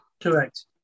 Correct